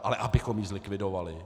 Ale abychom ji zlikvidovali?